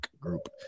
group